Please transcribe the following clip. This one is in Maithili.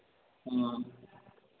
हँ